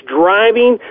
driving